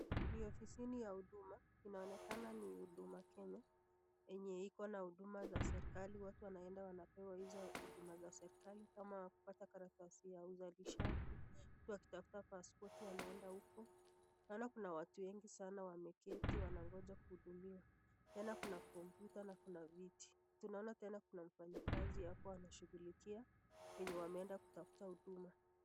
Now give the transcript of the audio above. Ni ofisini ya huduma, inaonekana ni Huduma Kenya enye iko na huduma za serikali, watu wanaenda wanapewa hizo huduma za serikali, kama kupata karatasi za uzalishaji, mtu akitafuta passpoti anaenda huko. Naona kuna watu wengi sana wameketi wanangoja kuhudumiwa tena kuna kompyuta na kuna viti. Tunaona tena mfanyikazi hapo anashughulikia wenye wameenda kutafuta huduma.